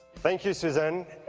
thank you, susan,